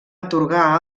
atorgar